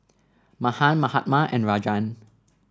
Mahan Mahatma and Rajan